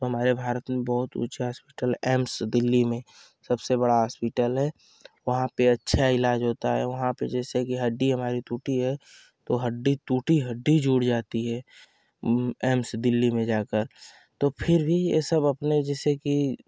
तो हमारे भारत में बहुत ऊंचा हासपिटल एम्स दिल्ली में सबसे बड़ा हासपिटल है वहाँ पे अच्छा इलाज़ होता है वहाँ पे जैसे कि हड्डी हमारी टूटी हुई है तो हड्डी टूटी हड्डी जुड़ जाती है एम्स दिल्ली में जाकर तो फिर भी ए सब अपने जैसे कि